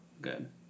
Good